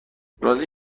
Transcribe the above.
راضی